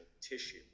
tissue